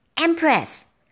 Empress